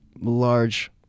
large